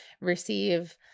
receive